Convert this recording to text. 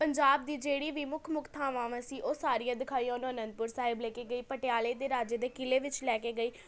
ਪੰਜਾਬ ਦੀ ਜਿਹੜੀ ਵੀ ਮੁੱਖ ਮੁੱਖ ਥਾਵਾਂ ਸੀ ਉਹ ਸਾਰੀਆਂ ਦਿਖਾਈਆ ਓਹਨੂੰ ਅਨੰਦਪੁਰ ਸਾਹਿਬ ਲੈ ਕੇ ਗਈ ਪਟਿਆਲੇ ਦੇ ਰਾਜੇ ਦੇ ਕਿਲ੍ਹੇ ਵਿੱਚ ਲੈ ਕੇ ਗਈ